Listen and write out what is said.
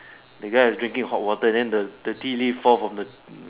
the guy was drinking hot water and then the the tea leaf fall from the